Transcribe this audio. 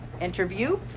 interview